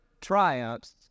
triumphs